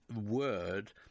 word